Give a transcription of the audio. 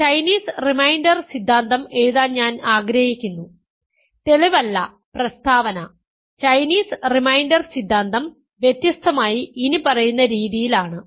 അതിനാൽ Chinese remainder സിദ്ധാന്തം എഴുതാൻ ഞാൻ ആഗ്രഹിക്കുന്നു തെളിവല്ല പ്രസ്താവന ചൈനീസ് റിമൈൻഡർ സിദ്ധാന്തം വ്യത്യസ്തമായി ഇനിപ്പറയുന്ന രീതിയിൽ ആണ്